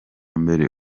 mbere